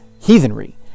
heathenry